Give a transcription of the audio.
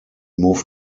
moved